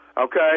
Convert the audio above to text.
Okay